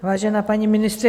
Vážená paní ministryně.